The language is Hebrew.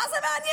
מה זה מעניין?